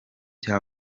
cya